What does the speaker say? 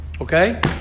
Okay